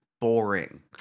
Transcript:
boring